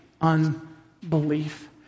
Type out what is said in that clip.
unbelief